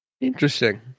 Interesting